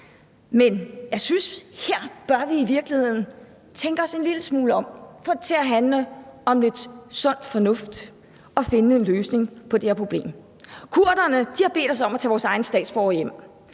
men jeg synes, at vi her i virkeligheden bør tænke os en lille smule om og få det til at handle om sund fornuft og finde en løsning på det her problem. Kurderne har bedt os om at tage vores egne statsborgere hjem.